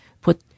put